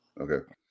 Okay